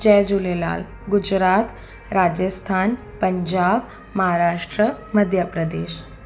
Jay Jhulelal Gujarat Rajasthan Punjab Maharashtra Madhya Pradesh